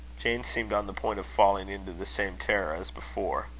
jane seemed on the point of falling into the same terror as before.